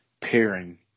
pairing